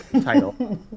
title